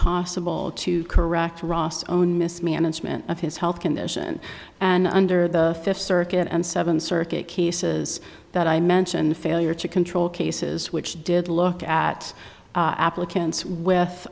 possible to correct rost own mismanagement of his health condition and under the fifth circuit and seven circuit cases that i mentioned the failure to control cases which did look at applicants with